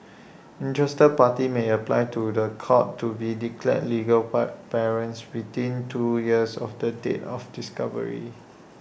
interested parties may apply to The Court to be declared legal part parents within two years of the date of discovery